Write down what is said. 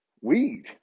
weed